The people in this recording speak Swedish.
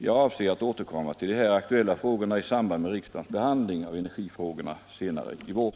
Jag avser att återkomma till de här aktuella frågorna i samband med riksdagens behandling av energifrågorna senare i vår.